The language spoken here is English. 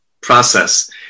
process